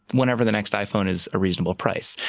whenever the next iphone is a reasonable price.